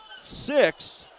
six